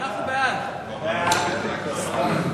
ובכן,